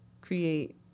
create